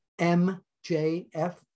MJF